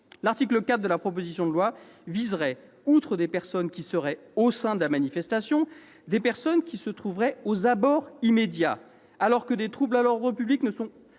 L'article 4 de la proposition de loi viserait ainsi, outre des personnes qui se trouveraient « au sein » de la manifestation, des personnes qui seraient à ses « abords immédiats », alors que des troubles à l'ordre public ne sont pas